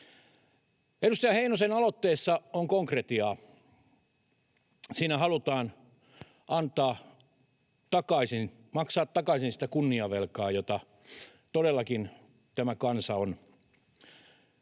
Edustaja Heinosen aloitteessa on konkretiaa. Siinä halutaan maksaa takaisin sitä kunniavelkaa, jota todellakin tämän kansan pitäisi